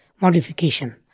modification